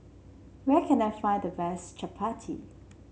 where can I find the best chappati